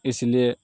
اس لیے